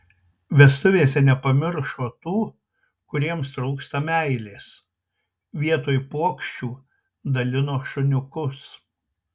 vestuvėse nepamiršo tų kuriems trūksta meilės vietoj puokščių dalino šuniukus